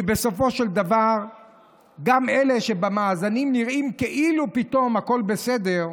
כי בסופו של דבר גם אלה שבמאזנים נראים כאילו פתאום הכול בסדר,